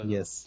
Yes